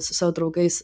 su savo draugais